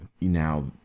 Now